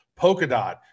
Polkadot